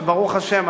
שברוך השם,